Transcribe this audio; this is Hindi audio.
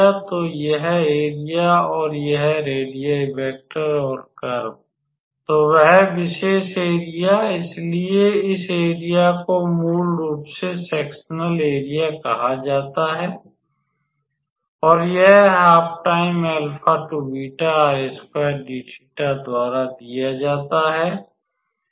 तो यह एरिया और यह रेडीयाई वेक्टर और कर्व तो वह विशेष एरिया इसलिए इस एरिया को मूल रूप से सेक्सनल एरिया कहा जाता है और यह द्वारा दिया जाता है